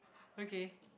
okay